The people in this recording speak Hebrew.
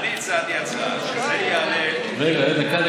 אני הצעתי הצעה שזה יעלה בקבינט